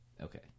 Okay